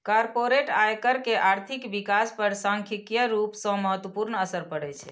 corporate आयकर के आर्थिक विकास पर सांख्यिकीय रूप सं महत्वपूर्ण असर पड़ै छै